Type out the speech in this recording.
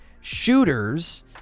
shooters